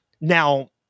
now